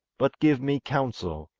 but give me counsel,